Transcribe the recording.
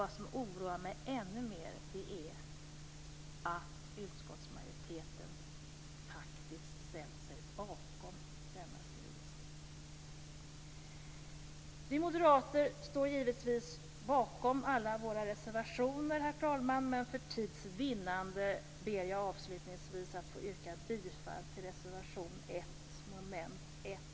Vad som oroar mig ännu mera är att utskottsmajoriteten faktiskt har ställt sig bakom denna skrivelse. Herr talman! Vi moderater står givetvis bakom alla våra reservationer, men för tids vinnande vill jag avslutningsvis yrka bifall till reservation 1 under mom. 1.